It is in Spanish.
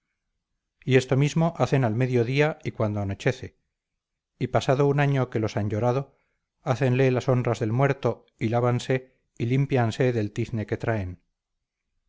y esto mismo hacen al mediodía y cuando anochece y pasado un año que los han llorado hácenle las honras del muerto y lávanse y límpianse del tizne que traen